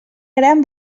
gran